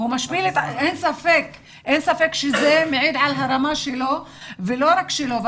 אין ספק שזה מעיד על הרמה שלו ולא רק שלו.